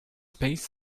space